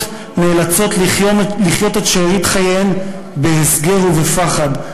נאלצות לחיות את שארית חייהן בהסגר ובפחד,